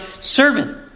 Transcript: servant